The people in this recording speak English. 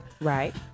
right